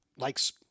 likes